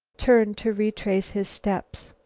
turned to retrace his steps.